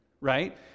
Right